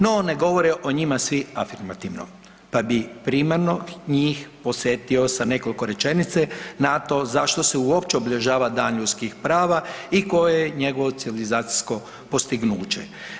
No ne govore o njima svi afirmativno pa bih primarno njih podsjetio sa nekoliko rečenice na to zašto se uopće obilježava dan ljudskih prava i koje je njegovo civilizacijsko postignuće.